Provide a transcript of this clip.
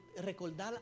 recordar